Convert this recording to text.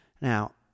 Now